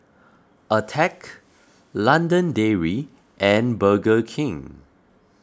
Attack London Dairy and Burger King